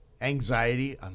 anxiety